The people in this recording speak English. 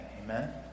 Amen